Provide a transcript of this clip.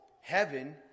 heaven